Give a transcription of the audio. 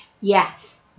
Yes